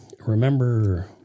remember